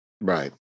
Right